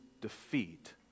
defeat